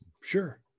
Sure